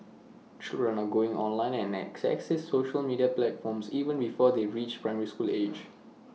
children are going online and accessing social media platforms even before they reach primary school age